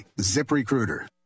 ZipRecruiter